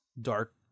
dark